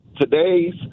today's